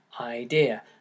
idea